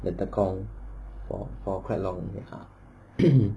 the tekong for quite long